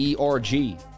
ERG